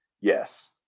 yes